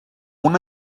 una